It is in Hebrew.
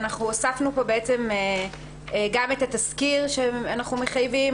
אנחנו הוספנו פה גם את התסקיר שאנחנו מחייבים,